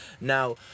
Now